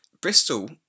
Bristol